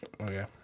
Okay